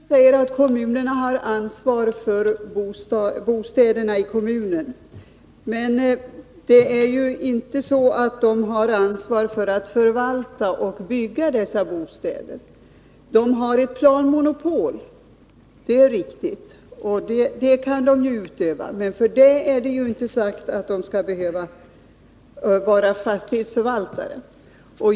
Herr talman! Lennart Nilsson säger att kommunerna har ansvar för bostäderna i kommunen. Men de har inte ansvar för att förvalta och bygga dessa bostäder. De har ett planmonopol, det är riktigt, och det kan de utöva. Men därför är det inte sagt att de skall behöva vara fastighetsförvaltare.